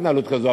התנהלות כזו,